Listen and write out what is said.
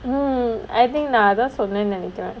mm I think நான் அதான் சொல்றேன்னா:naan athaan solraenaa